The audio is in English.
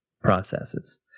processes